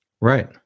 Right